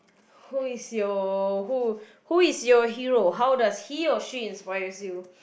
who is your who who is your hero how does he or she inspires you